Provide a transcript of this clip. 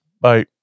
Bye